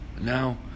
Now